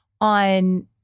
on